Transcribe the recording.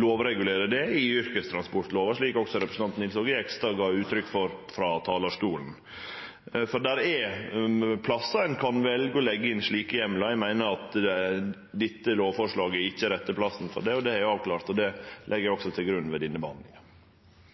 lovregulere det i yrkestransportlova, slik også representanten Nils Aage Jegstad gav uttrykk for frå talarstolen. Det er plassar ein kan velje å leggje inn slike heimlar. Eg meiner at dette lovforslaget ikkje er rette plassen for det. Det har eg avklart, og det legg eg òg til grunn ved denne behandlinga.